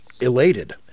elated